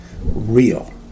real